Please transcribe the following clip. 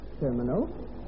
terminal